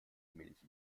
milch